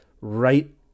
right